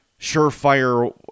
surefire